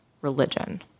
religion